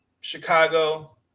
chicago